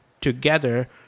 together